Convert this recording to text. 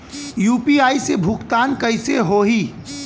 UPI से भुगतान कइसे होहीं?